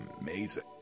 amazing